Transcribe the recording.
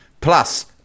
Plus